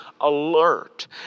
alert